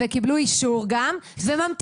-- וקיבלו גם אישור וממתינים.